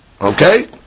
okay